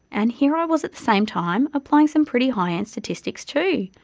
and here i was at the same time applying some pretty high-end statistics too.